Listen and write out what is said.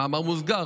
במאמר מוסגר,